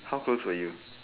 how close were you